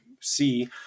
see